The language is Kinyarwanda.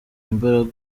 imbaraga